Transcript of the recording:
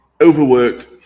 overworked